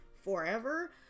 forever